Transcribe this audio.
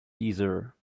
deezer